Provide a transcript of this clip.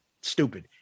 Stupid